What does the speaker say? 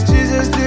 Jesus